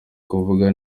kuvuga